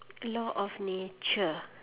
law of nature